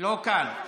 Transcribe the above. לא כאן,